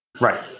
Right